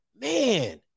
Man